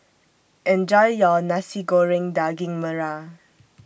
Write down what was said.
Enjoy your Nasi Goreng Daging Merah